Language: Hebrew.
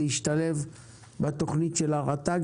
להשתלב בתוכנית של הרט"ג.